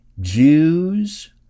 Jews